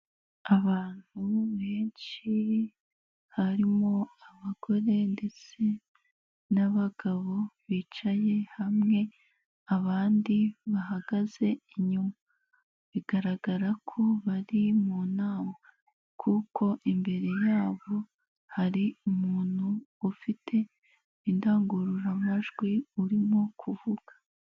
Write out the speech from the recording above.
Abantu benshi harimo abagore ndetse n'abagabo bicaye hamwe abandi bahagaze inyuma, bigaragara ko bari mu nama kuko imbere yabo hari umuntu ufite indangururamajwi urimo kuvuga.